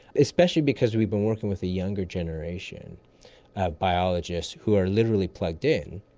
especially because we've been working with a younger generation of biologists who are literally plugged in,